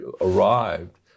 arrived